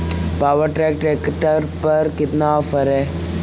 Power track tractor पर कितना offer है?